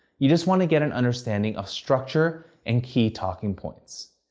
you just want to get an understanding of structure and key talking points.